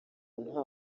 nta